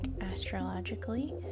astrologically